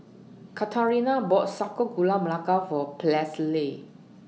Katharina bought Sago Gula Melaka For Presley